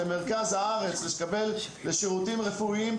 למרכז הארץ כדי להתקבל לשירותים רפואיים,